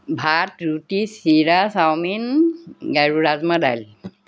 ভাত ৰুটি চিৰা চাউমিন আৰু ৰাজমা দাইল